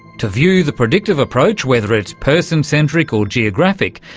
to view the predictive approach, whether it's person-centric or geographic,